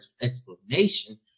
explanation